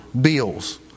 bills